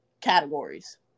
categories